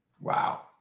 Wow